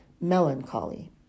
melancholy